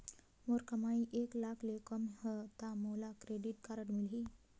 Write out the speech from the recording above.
मोर कमाई एक लाख ले कम है ता मोला क्रेडिट कारड मिल ही?